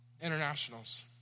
internationals